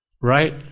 right